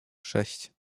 sześć